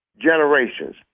generations